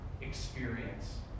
experience